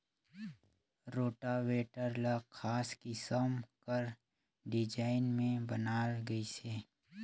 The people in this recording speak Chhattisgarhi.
रोटावेटर ल खास किसम कर डिजईन में बनाल गइसे